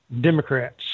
Democrats